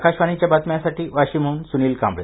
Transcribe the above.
आकाशवाणीच्या बातम्यांसाठी वाशिमहुन सुनील कांबळे